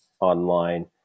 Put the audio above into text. online